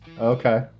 Okay